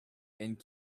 and